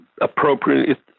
appropriate